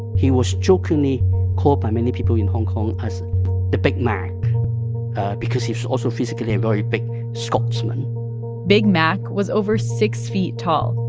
he was jokingly called by many people in hong kong as the big mac because he was also physically a very big scotsman big mac was over six feet tall,